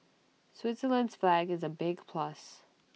Switzerland's flag is A big plus